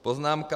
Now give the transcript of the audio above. Poznámka